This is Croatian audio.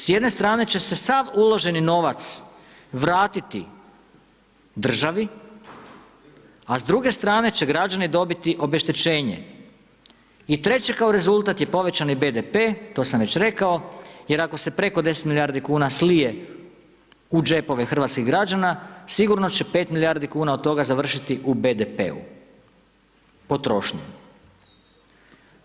S jedne strane će se sav uloženi novac vratiti državi, a s druge strane će građani dobiti obeštećenje i treće kao rezultat je povećani BDP, to sam već rekao jer ako se preko 10 milijardi kuna slije u džepove hrvatskih građana, sigurno će 5 milijardi kuna od toga završiti u BDP-u potrošnju.